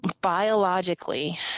biologically